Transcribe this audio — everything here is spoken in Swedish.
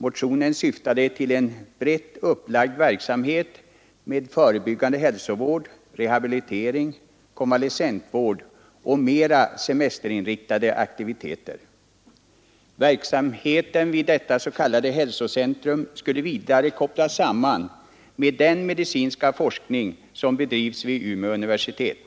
Motionen syftade till en brett upplagd verksamhet med förebyggande hälsovård, rehabilitering, konvalescentvård och mera semesterinriktade aktiviteter. Verksamheten vid detta s.k. hälsocentrum skulle vidare kopplas samman med den medicinska forskningen vid Umeå universitet.